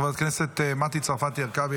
חברת הכנסת מטי צרפתי הרכבי,